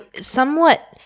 somewhat